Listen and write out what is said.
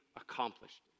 accomplished